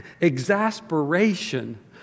exasperation